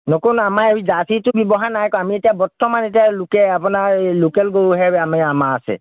নকও নহয় আমাৰ এই জাৰ্চিটো ব্যৱহাৰ নাই কৰা আমি এতিয়া বৰ্তমান এতিয়া আপোনাৰ লোকেল গৰুহে আমি আমাৰ আছে